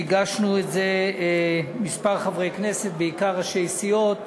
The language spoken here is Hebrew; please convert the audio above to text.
שהגשנו כמה חברי כנסת, בעיקר ראשי סיעות,